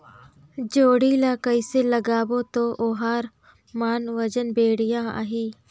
जोणी ला कइसे लगाबो ता ओहार मान वजन बेडिया आही?